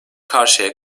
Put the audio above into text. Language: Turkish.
karşıya